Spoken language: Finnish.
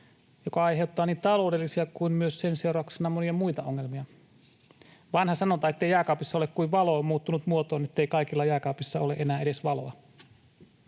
joka aiheuttaa niin taloudellisia kuin sen seurauksena myös monia muita ongelmia. Vanha sanonta, ettei jääkaapissa ole kuin valo, on muuttunut muotoon, ettei kaikilla jääkaapissa ole enää edes valoa.